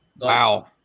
Wow